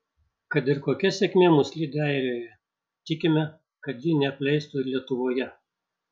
kad ir kokia sėkmė mus lydi airijoje tikime kad ji neapleistų ir lietuvoje